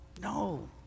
no